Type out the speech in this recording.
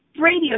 radio